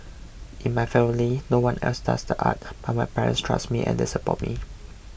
in my family no one else does the arts but my parents trust me and they support me